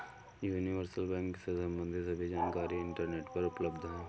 universal bank से सम्बंधित सभी जानकारी इंटरनेट पर उपलब्ध है